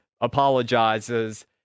apologizes